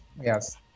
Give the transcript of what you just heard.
Yes